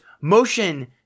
motion